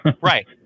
Right